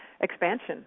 expansion